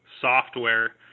software